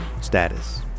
status